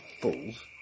fools